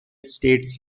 states